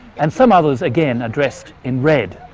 and some others again are dressed in red,